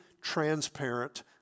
transparent